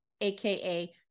aka